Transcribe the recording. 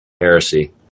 heresy